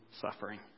suffering